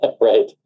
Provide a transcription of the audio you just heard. right